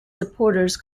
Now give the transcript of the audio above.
supporters